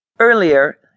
Earlier